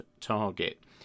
target